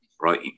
right